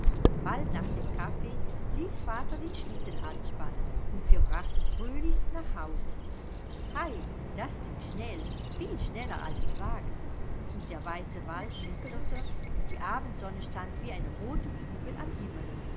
bald nach dem kaffee ließ vater den schlitten anspannen und wir brachten fröhlichs nach hause hei das ging schnell viel schneller als im wagen und der weiße wald glitzerte und die abendsonne stand wie eine rote kugel am himmel